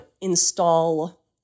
install